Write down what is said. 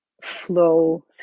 flow